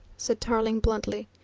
said tarling bluntly.